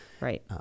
right